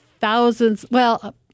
thousands—well—